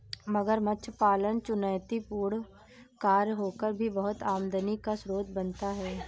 मगरमच्छ पालन चुनौतीपूर्ण कार्य होकर भी बहुत आमदनी का स्रोत बनता है